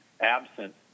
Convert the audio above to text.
absent